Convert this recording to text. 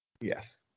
yes